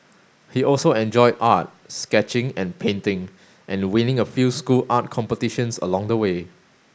he also enjoyed art sketching and painting and winning a few school art competitions along the way